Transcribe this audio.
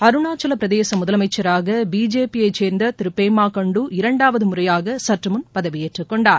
அருணாக்சல பிரதேச முதலமைச்சராக பிஜேபியை சேன்ந்த திரு பெமா காண்ட்டு இரண்டாவது முறையாக சற்று முன் பதவியேற்றுக் கொண்டார்